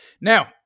Now